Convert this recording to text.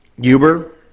Uber